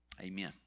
Amen